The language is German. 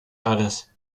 aires